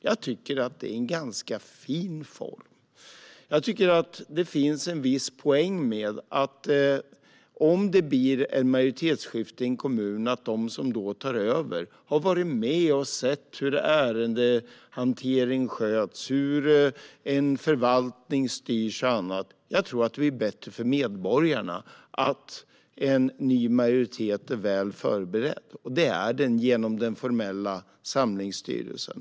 Jag tycker att det är en ganska fin form och att det finns en viss poäng med att de som tar över vid ett majoritetsskifte i en kommun har varit med och sett hur ärendehantering sköts, hur en förvaltning styrs och annat. Det är bättre för medborgarna att en ny majoritet är väl förberedd, och det är den genom den formella samlingsstyrelsen.